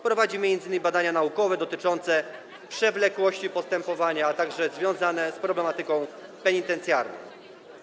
Prowadzi m.in. badania naukowe dotyczące przewlekłości postępowania, a także związane z problematyką penitencjarną.